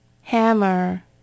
Hammer